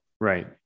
right